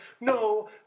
no